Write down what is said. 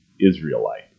Israelite